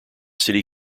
city